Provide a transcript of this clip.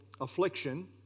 affliction